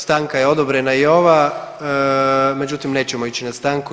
Stanka je odobrena i ova, međutim nećemo ići na stanku.